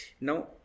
Now